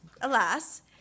alas